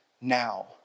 now